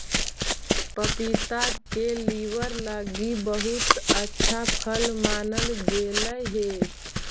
पपीता के लीवर लागी बहुत अच्छा फल मानल गेलई हे